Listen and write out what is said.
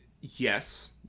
yes